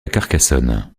carcassonne